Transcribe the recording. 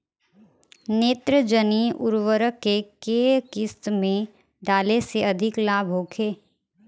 नेत्रजनीय उर्वरक के केय किस्त में डाले से अधिक लाभ होखे?